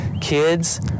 Kids